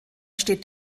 steht